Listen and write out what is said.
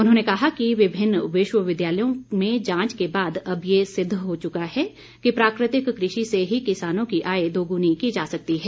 उन्होंने कहा कि विभिन्न विश्वविद्यालयों में जांच के बाद अब ये सिद्ध हो चुका है कि प्राकृतिक कृषि से ही किसानों की आय दोगुनी की जा सकती है